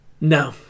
No